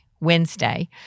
Wednesday